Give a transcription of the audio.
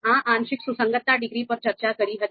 આ આંશિક સુસંગતતા ડિગ્રી પર ચર્ચા હતી